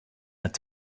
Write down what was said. its